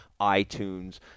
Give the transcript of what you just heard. iTunes